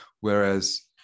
whereas